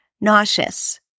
nauseous